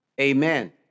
Amen